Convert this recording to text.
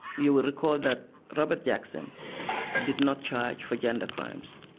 you will recall that robert jackson did not charge for gender crimes,